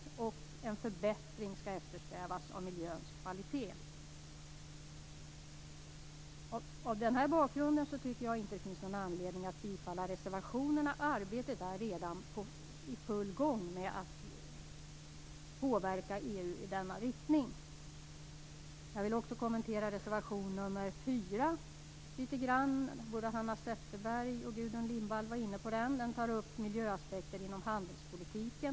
Vidare skall en förbättring av miljöns kvalitet eftersträvas. Mot den bakgrunden tycker jag inte att det finns anledning att bifalla reservationerna. Arbetet med att påverka EU i denna riktning är ju redan i full gång. Jag vill också kommentera reservation 4 litet grand. Både Hanna Zetterberg och Gudrun Lindvall har varit inne på den reservationen, där miljöaspekter inom handelspolitiken tas upp.